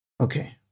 Okay